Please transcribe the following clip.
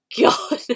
God